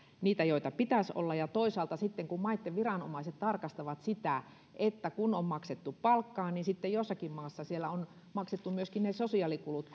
niitä joita pitäisi olla ja toisaalta sitten kun maitten viranomaiset tarkastavat sitä että on maksettu palkkaa niin siitä että sitten jossakin maassa on maksettu myöskin ne sosiaalikulut